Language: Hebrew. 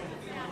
מי